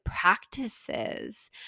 practices